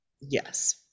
Yes